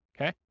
okay